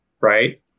right